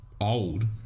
old